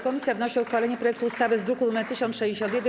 Komisja wnosi o uchwalenie projektu ustawy z druku nr 1061.